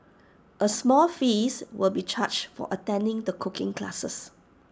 A small fees will be charged for attending the cooking classes